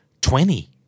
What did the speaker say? Twenty